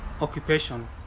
occupation